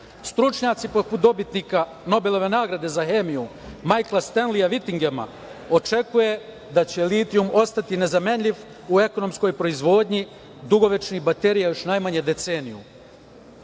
Stručnjaci dobitnika Nobelove nagrade za hemiju Majkla Stenlija Vitingema, očekuje da će litijum ostati nezamenljiv u ekonomskoj proizvodnji dugovečnih baterija još najmanje deceniju. Pitam